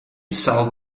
sawl